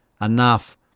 enough